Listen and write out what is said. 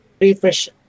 refresh